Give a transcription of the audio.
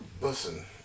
listen